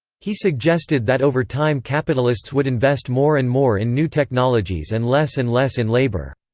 he suggested that over time capitalists would invest more and more in new technologies and less and less in labour.